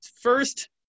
first